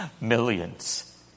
Millions